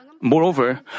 Moreover